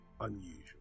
unusual